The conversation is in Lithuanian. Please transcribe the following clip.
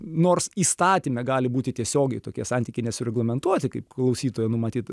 nors įstatyme gali būti tiesiogiai tokie santykiai nesureglamentuoti kaip klausytojo nu matyt